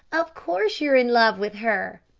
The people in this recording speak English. of course you're in love with her.